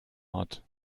hat